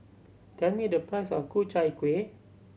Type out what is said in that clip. tell me the price of Ku Chai Kuih